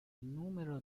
numero